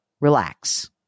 relax